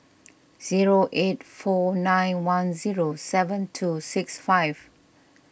zero eight four nine one zero seven two six five